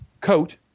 coat